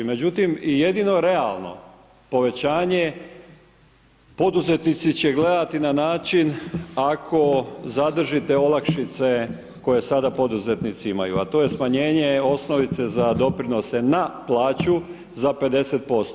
Međutim i jedino realno povećanje poduzetnici će gledati na način ako zadržite olakšice koje sada poduzetnici imaju a to je smanjenje osnovice za doprinose na plaću za 50%